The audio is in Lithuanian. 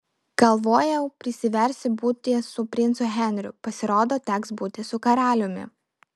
galvojau prisiversiu būti su princu henriu pasirodo teks būti su karaliumi